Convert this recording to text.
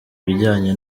bijyanye